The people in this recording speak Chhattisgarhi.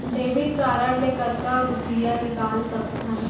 डेबिट कारड ले कतका रुपिया निकाल सकथन?